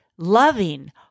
loving